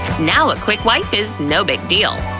now a quick wipe is no big deal!